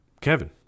Kevin